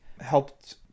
helped